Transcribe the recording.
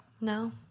No